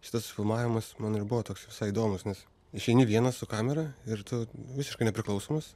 šitas filmavimas mano ir buvo toks visai įdomūs nes išeini vienas su kamera ir tu visiškai nepriklausomas